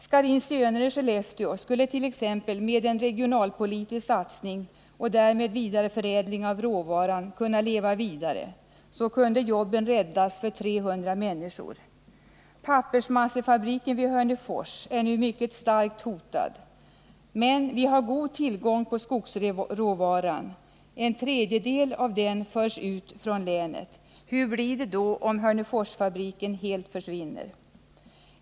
Scharins Söner i Skellefteå skulle t.ex. med en regionalpolitisk satsning och därmed vidareförädling av råvaran kunna leva vidare. På så sätt skulle jobben kunna räddas för 300 människor. Pappersmassefabriken i Hörnefors är nu mycket starkt hotad. Men vi har god tillgång på skogsråvara. En tredjedel av denna förs ut från länet. Hur blir det då om Hörneforsfabriken helt försvinner?